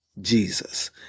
Jesus